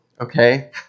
okay